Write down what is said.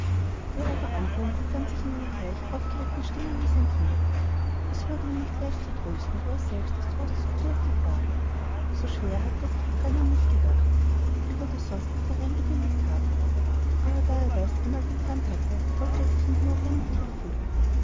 der oberamtmann befand sich in einer gleich aufgeregten stimmung wie sein kind es wurde ihm nicht leicht zu trösten wo er selbst des trostes bedürftig war so schwer hatte er sich die trennung nicht gedacht er würde sonst nicht darein gewilligt haben aber da er das einmal gethan hatte wollte er sich in die notwendigkeit fügen